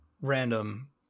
random